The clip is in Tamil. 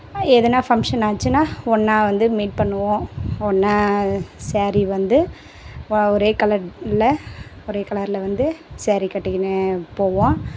எதனா ஃபங்க்ஷன் நடந்துச்சினா ஒன்னாக வந்து மீட் பண்ணுவோம் ஒன்னாக சாரீ வந்து வ ஒரே கலரில் ஒரே கலரில் வந்து சாரீ கட்டிக்கின்னு போவோம்